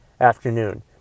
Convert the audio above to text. afternoon